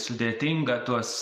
sudėtinga tuos